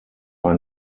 ein